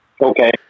Okay